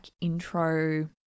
intro